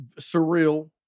surreal